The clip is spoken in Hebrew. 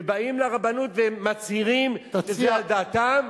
ובאים לרבנות והם מצהירים שזה על דעתם,